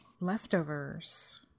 leftovers